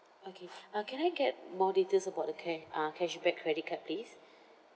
okay uh can I get more details about ca~ uh cashback credit card please